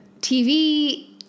TV